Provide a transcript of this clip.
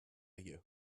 you